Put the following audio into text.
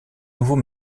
nouveau